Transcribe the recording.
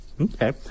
okay